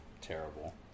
terrible